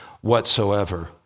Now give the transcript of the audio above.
whatsoever